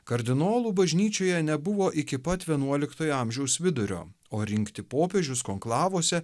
kardinolų bažnyčioje nebuvo iki pat vienuoliktojo amžiaus vidurio o rinkti popiežius konklavose